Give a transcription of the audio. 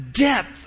depth